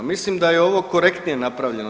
Mislim da je ovo korektnije napravljeno.